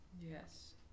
Yes